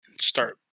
start